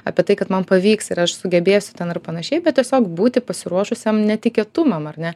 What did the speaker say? apie tai kad man pavyks ir aš sugebėsiu ten ir panašiai bet tiesiog būti pasiruošusiam netikėtumam ar ne